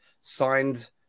signed